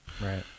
Right